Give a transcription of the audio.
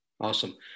Awesome